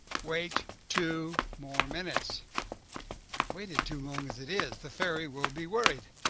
wait two more minutes. i have waited too long as it is. the fairy will be worried.